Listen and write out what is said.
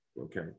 Okay